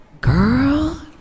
girl